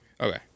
Okay